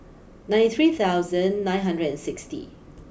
ninety three thousand nine hundred and sixty